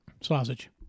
Sausage